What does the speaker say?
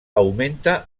augmenta